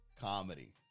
comedy